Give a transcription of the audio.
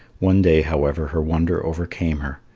one day, however, her wonder overcame her,